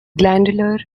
glandular